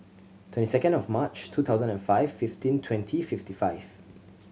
twenty second of March two thousand and five fifteen twenty fifty five